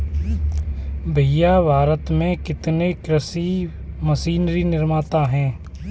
भैया भारत में कितने कृषि मशीनरी निर्माता है?